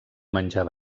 menjar